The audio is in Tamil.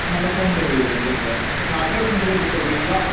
அதனால ஹோம் டெலிவரி வந்துரும் சார் உங்கள் அட்ரஸ் மட்டும் கொஞ்சம் சொல்லுறீங்களா